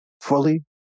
fully